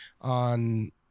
on